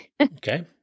Okay